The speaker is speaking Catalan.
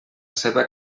seva